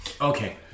okay